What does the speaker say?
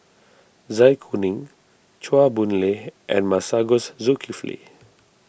Zai Kuning Chua Boon Lay and Masagos Zulkifli